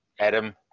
Adam